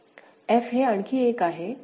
f हे आणखी एक आहे जेथे आउटपुट 0 1 आहे